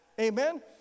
Amen